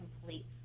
complete